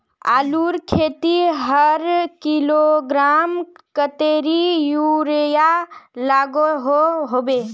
आलूर खेतीत हर किलोग्राम कतेरी यूरिया लागोहो होबे?